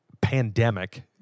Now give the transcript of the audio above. pandemic